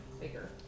bigger